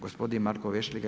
Gospodin Marko Vešligaj.